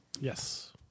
Yes